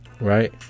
Right